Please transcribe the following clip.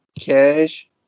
Cash